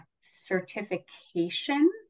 certification